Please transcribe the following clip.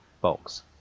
box